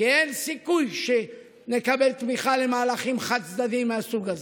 כי אין סיכוי שנקבל תמיכה למהלכים חד-צדדיים מהסוג הזה.